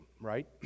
right